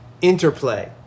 interplay